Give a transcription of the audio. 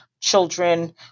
children